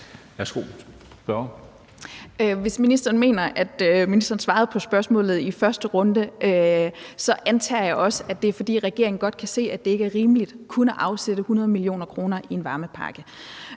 Bjerre (V): Hvis ministeren mener, at ministeren svarede på spørgsmålet i første runde, antager jeg også, det er, fordi regeringen godt kan se, at det ikke er rimeligt kun at afsætte 100 mio. kr. i en varmepakke.